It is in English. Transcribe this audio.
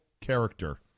character